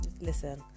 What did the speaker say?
listen